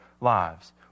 lives